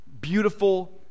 beautiful